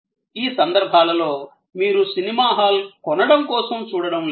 ఈ సందర్భాలలో మీరు సినిమా హాల్ కొనడం కోసం చూడటం లేదు